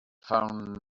found